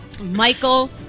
Michael